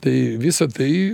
tai visa tai